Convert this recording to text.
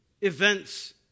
events